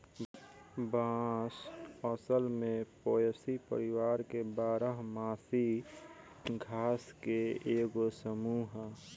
बांस असल में पोएसी परिवार के बारह मासी घास के एगो समूह ह